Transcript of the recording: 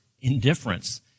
indifference